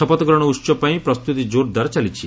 ଶପଥ ଗ୍ରହଣ ଉତ୍ସବ ପାଇଁ ପ୍ରସ୍ତୁତି ଜୋରସୋର ଚାଲିଛି